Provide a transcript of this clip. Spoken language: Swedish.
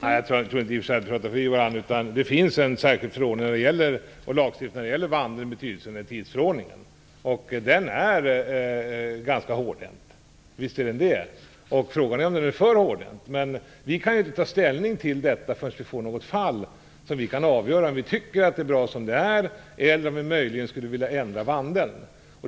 Fru talman! Jag tror i och för sig inte att vi pratar förbi varandra. Det finns en särskild lagstiftning när det gäller vandelns betydelse i samband med tidsförordningen. Den är ganska hårdhänt, visst är den det. Frågan är om den är för hårdhänt. Vi kan inte ta ställning till det förrän vi har fått något fall som vi kan avgöra. Då kan vi säga om vi tycker att det är bra som det är eller om vi skulle vilja ändra praxis när det gäller vandel.